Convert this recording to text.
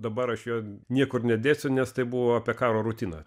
dabar aš jo niekur nedėsiu nes tai buvo apie karo rutiną